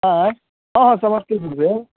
आँय हँ हँ समस्तीपुर भेल